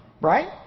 Right